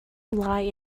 lie